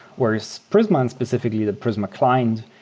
whereas prisma, and specifically the prisma client,